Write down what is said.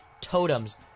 Totems